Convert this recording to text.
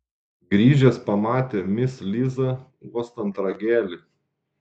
grįžęs pamatė mis lizą uostant ragelį